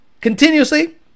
continuously